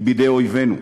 היא בידי אויבינו.